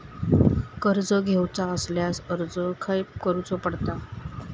कर्ज घेऊचा असल्यास अर्ज खाय करूचो पडता?